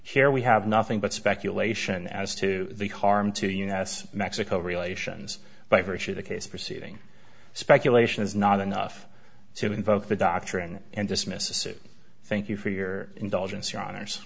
here we have nothing but speculation as to the harm to us mexico relations by virtue of the case proceeding speculation is not enough to invoke the doctrine and dismissive thank you for your indulgence your hono